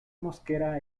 mosquera